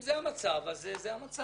אם זה המצב אז זה המצב.